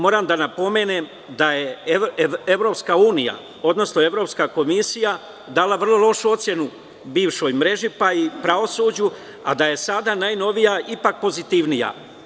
Moram da napomenem da je EU, odnosno Evropska komisija dala vrlo lošu ocenu bivšoj mreži pa i pravosuđu a da je sada najnovija ipak pozitivnija.